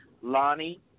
Lonnie